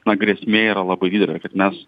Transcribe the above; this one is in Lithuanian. na grėsmė yra labai didelė kad mes